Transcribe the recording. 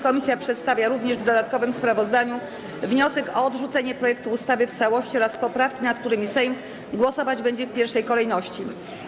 Komisja przedstawia również w dodatkowym sprawozdaniu wniosek o odrzucenie projektu ustawy w całości oraz poprawki, nad którymi Sejm głosować będzie w pierwszej kolejności.